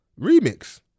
remix